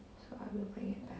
so I will bring it back